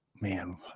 man